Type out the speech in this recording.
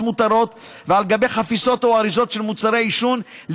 מותרות ועל גבי חפיסות או אריזות של מוצרי עישון,